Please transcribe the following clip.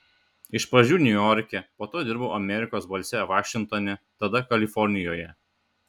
iš pradžių niujorke po to dirbau amerikos balse vašingtone tada kalifornijoje